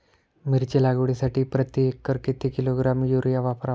मिरची लागवडीसाठी प्रति एकर किती किलोग्रॅम युरिया वापरावा?